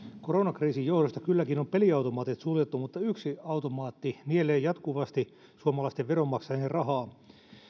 koronakriisin johdosta kylläkin on peliautomaatit suljettu mutta yksi automaatti nielee jatkuvasti suomalaisten veronmaksajien rahaa